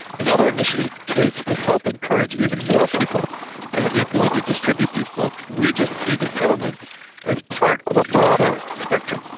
another initiatives to help encourage even more people to have the ability to distribute these books. we just see the settlement as part of a broader spectrum,